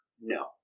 no